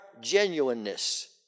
genuineness